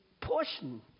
portion